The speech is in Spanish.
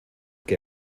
que